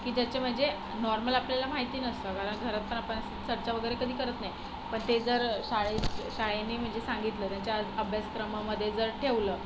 की ज्याचे म्हणजे नॉर्मल आपल्याला माहिती नसतं कारण घरात पण आपण चर्चा वगैरे कधी करत नाही पण ते जर शाळेत शाळेने म्हणजे सांगितलं त्यांच्या अभ्यासक्रमामध्ये जर ठेवलं